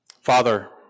Father